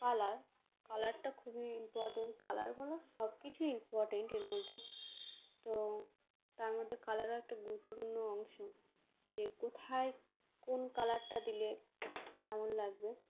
colour কালারটা খুবই important colour কেন সব কিছুই ইম্পর্টেন্ট এর মধ্যে তো তার মধ্যে কালারও একটা গুরুত্বপূর্ণ অংশ যে কোথায় কোন কালারটা দিলে কেমন লাগবে